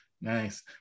Nice